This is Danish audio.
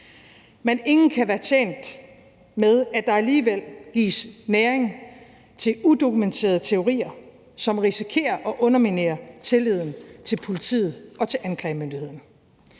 Men ingen kan være tjent med, at der alligevel gives næring til udokumenterede teorier, som risikerer at underminere tilliden til politiet og til anklagemyndigheden.